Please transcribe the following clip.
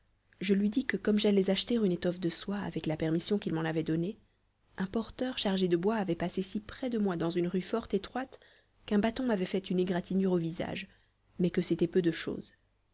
je lui dis que comme j'allais acheter une étoffe de soie avec la permission qu'il m'en avait donnée un porteur chargé de bois avait passé si près de moi dans une rue fort étroite qu'un bâton m'avait fait une égratignure au visage mais que c'était peu de chose